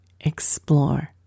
explore